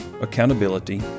accountability